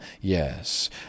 Yes